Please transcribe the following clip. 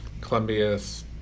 Columbia's